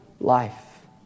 life